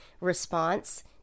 response